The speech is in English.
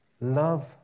Love